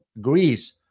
Greece